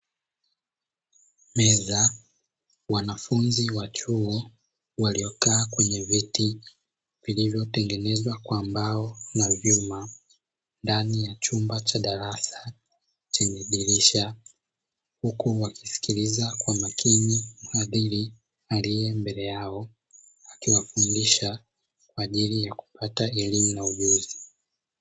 Meza wanafunbzi wa chuo waliokaa kwenye vitu vilivyo tengenezwa kwa mbao na vyuma, ndani ya chumba cha darasa chenye dirisha huku wakisiikiliza kwa makini mwadhiri aliye mbele yao akiwafundisha kwajili ya kupata elimu na ujuzi.